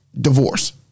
Divorce